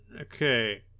okay